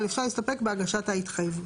אבל אפשר להסתפק בהגשת ההתחייבות.